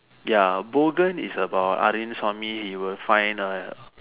ya Bogan is about Arvind Swamy he will find a